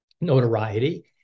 notoriety